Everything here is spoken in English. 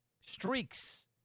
streaks